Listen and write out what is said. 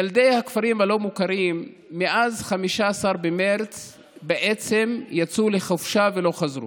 ילדי הכפרים הלא-מוכרים מאז 15 במרץ בעצם יצאו לחופשה ולא חזרו.